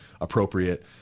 appropriate